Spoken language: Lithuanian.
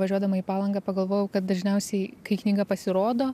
važiuodama į palangą pagalvojau kad dažniausiai kai knyga pasirodo